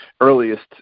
earliest